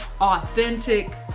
authentic